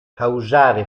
causare